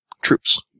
Troops